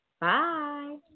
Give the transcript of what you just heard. Bye